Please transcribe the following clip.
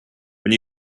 when